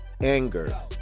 anger